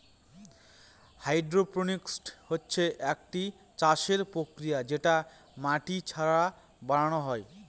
hydroponics হচ্ছে একটি চাষের প্রক্রিয়া যেটা মাটি ছাড়া বানানো হয়